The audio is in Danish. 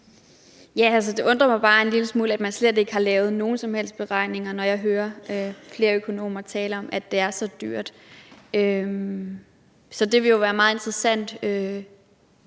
Det undrer mig bare en lille smule, at man slet ikke har lavet nogen som helst beregninger, når jeg hører flere økonomer tale om, at det er så dyrt. Så det ville jo være meget interessant